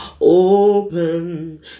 open